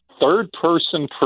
third-person